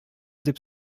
дип